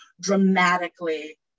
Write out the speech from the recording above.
dramatically